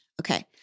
Okay